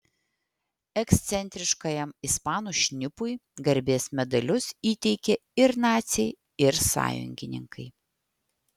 ekscentriškajam ispanų šnipui garbės medalius įteikė ir naciai ir sąjungininkai